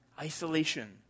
Isolation